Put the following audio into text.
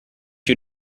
you